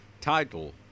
title